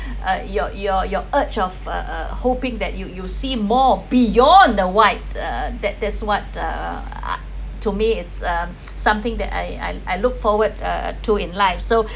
uh your your your urge of err hoping that you you'll see more beyond the white uh that that's what uh to me it's um something that I I I look forward uh to in life so